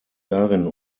darin